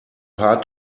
paar